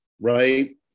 right